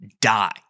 die